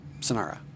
Sonara